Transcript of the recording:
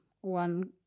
one